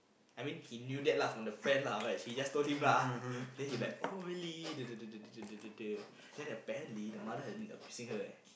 I mean he knew that lah from the friend lah but she just told him lah then he like oh really then apparently the mother abusing her eh